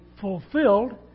fulfilled